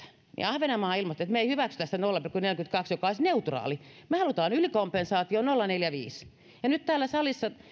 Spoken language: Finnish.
ahvenanmaa ilmoitti että me emme hyväksy sitä nolla pilkku neljääkymmentäkahta joka olisi neutraali me haluamme ylikompensaation nolla pilkku neljäkymmentäviisi ja nyt täällä salissa